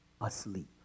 asleep